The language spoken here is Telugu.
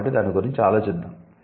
కాబట్టి దాని గురించి ఆలోచిద్దాం